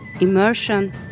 immersion